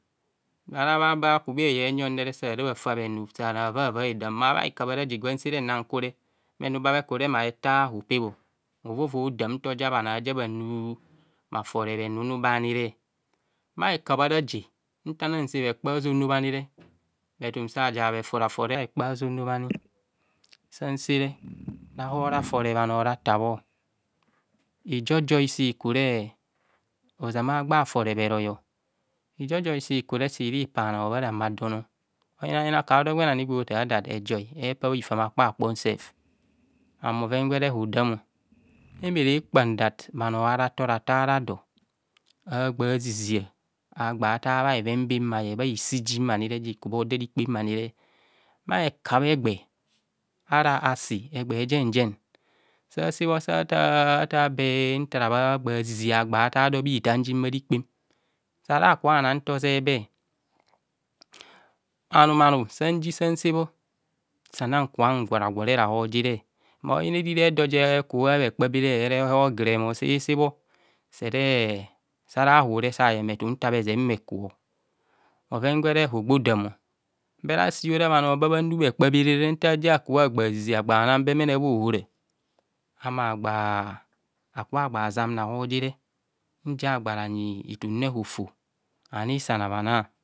Ara babha kubha eyo eyonne sara bhafa bhenu sara havava hedamo mabha he kabhoe ara je gwa nsere nna kure bhenu ba bhe kure mabhe ta hope ovovo dam nte oja bhamo aja bhanu bhafore bhenire bha kekabhe araje ntana se bhekpa azono bhani bhe tum saja bhefore fore bhe kpa azono bhani sasere rahor rafore bhano ratabho, ijo joi si kure ozama agba fore royor, ijojoi sikure iri pana bhano bharame a dom, oyinayinaaka odo gwen ani gwo thar dat epa hifam akpa kpon sef an bhoven gwere hodam mnure kpan dat bhano aratorator ado agbazizia agbatar bhabheven bem bhaye bhiai jim ji kubho oda rikpem anire bha hekabhe egba’ ara asi egba, jenjen sa sebho satar a tabe ntara bhazizin agba bhata dor bhitam jim bhavikpem sara kubhobhanan untar ozebe anum anum sanyi san sebno sana kubho ngwore gwore rahorjere, ma oyina eriri edo je kubha bhe kpa bere ehor grem se sebho sere sara hubho sa yem bhe tum nta bhe zen bheku, bhoven gwe ogbodam bur asi ora bhanor babha nu bhe kpa bere ntaja kubhobha zizia agba nan bemeie bha ohora mma gha akubho agba zam rahor ser nzia agba bheji bhetumre hofo ani san habhana.